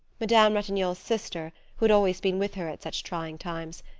madame ratignolle's sister, who had always been with her at such trying times,